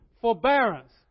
forbearance